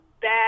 bad